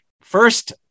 First